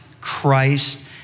Christ